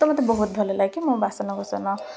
ତ ମୋତେ ବହୁତ ଭଲ ଲାଗେ ତ ମୁଁ ବାସନକୁସନ